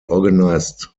organised